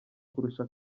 kurusha